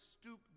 stoop